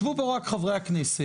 ישבו פה רק חברי הכנסת,